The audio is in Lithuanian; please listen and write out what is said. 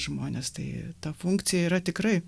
žmones tai ta funkcija yra tikrai